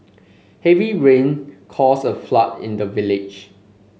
heavy rain caused a flood in the village